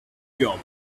job